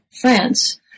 France